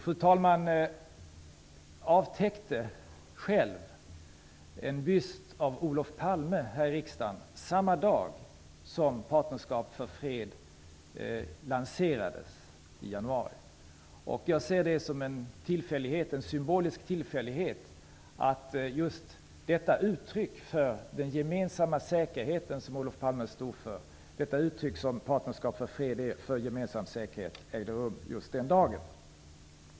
Fru talmannen avtäckte en byst av Olof Palme här i riksdagen samma dag som Partnerskap för fred lanserades i januari. Jag ser det som en symbolisk tillfällighet att det uttryck för den gemensamma säkerheten som Partnerskap för fred är, och som Olof Palme stod för, ägde rum just den dagen.